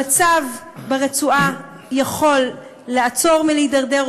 המצב ברצועה יכול לעצור מלהידרדר,